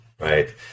right